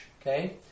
Okay